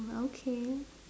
okay